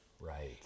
Right